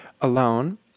alone